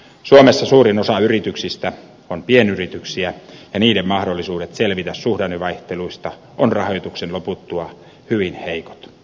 suomessa suurin osa yrityksistä on pienyrityksiä ja niiden mahdollisuudet selvitä suhdannevaihteluista ovat rahoituksen loputtua hyvin heikot